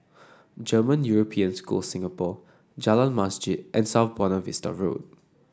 German European School Singapore Jalan Masjid and South Buona Vista Road